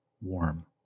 warm